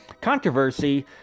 controversy